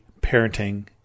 parenting